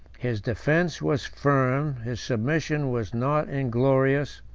his defence was firm, his submission was not inglorious,